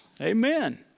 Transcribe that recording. amen